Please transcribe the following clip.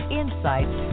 insights